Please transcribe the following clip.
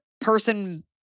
person